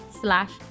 slash